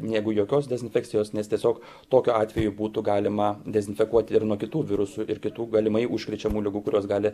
negu jokios dezinfekcijos nes tiesiog tokiu atveju būtų galima dezinfekuoti ir nuo kitų virusų ir kitų galimai užkrečiamų ligų kurios gali